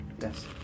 Yes